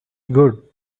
good